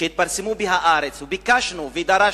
שהתפרסמו ב"הארץ", וביקשנו ודרשנו,